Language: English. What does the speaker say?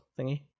thingy